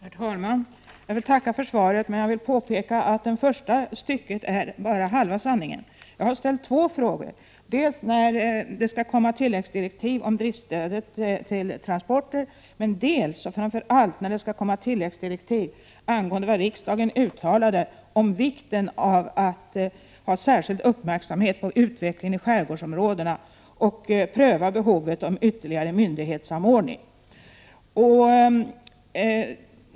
Herr talman! Jag tackar för svaret, men jag vill påpeka att det första stycket bara är halva sanningen. Jag har ställt två frågor: dels när det skall komma tilläggsdirektiv om driftstödet till transporter, dels och framför allt när det skall komma tilläggsdirektiv angående vad riksdagen uttalade om vikten av att ha särskild uppmärksamhet på utvecklingen i skärgårdsområdena och pröva behovet av ytterligare myndighetssamordning.